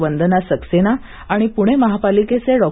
वंदना सक्सेना आणि प्णे महापालिकेचे डॉ